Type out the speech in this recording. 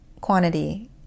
quantity